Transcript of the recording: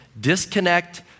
Disconnect